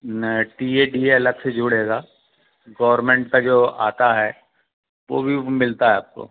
न T A D A अलग से जुड़ेगा गवर्नमेंट का जो आता है वो भी मिलता है आपको